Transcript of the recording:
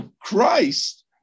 Christ